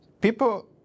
People